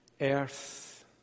earth